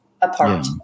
apart